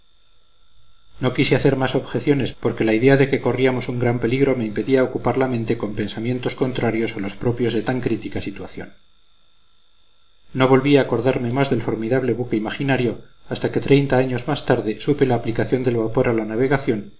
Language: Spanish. no quise hacer más objeciones porque la idea de que corríamos un gran peligro me impedía ocupar la mente con pensamientos contrarios a los propios de tan crítica situación no volví a acordarme más del formidable buque imaginario hasta que treinta años más tarde supe la aplicación del vapor a la navegación